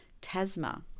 Tasma